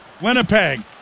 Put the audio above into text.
Winnipeg